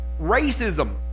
racism